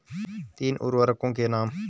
तीन उर्वरकों के नाम?